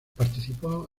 participó